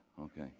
Okay